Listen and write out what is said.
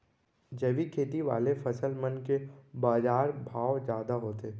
जैविक खेती वाले फसल मन के बाजार भाव जादा होथे